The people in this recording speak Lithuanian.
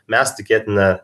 mes tikėtina